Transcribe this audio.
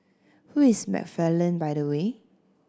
who is McFarland by the way